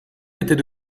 était